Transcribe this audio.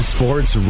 Sports